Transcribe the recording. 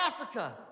Africa